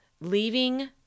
leaving